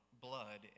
blood